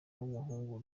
w’umuhungu